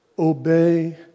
Obey